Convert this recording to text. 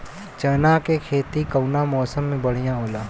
चना के खेती कउना मौसम मे बढ़ियां होला?